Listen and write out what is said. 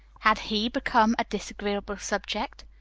had he become a disagreeable subject?